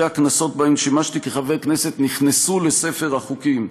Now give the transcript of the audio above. הכנסות שבהן שימשתי כחבר כנסת נכנסו לספר החוקים,